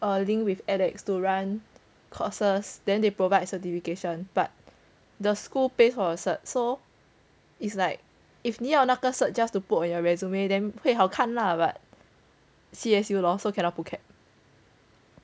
err link with ed X to run courses then they provide certification but the school pays for the cert so it's like if 你要那个 cert just to put on your resume then 会好看 lah but then C_S_U lor so cannot pull CAP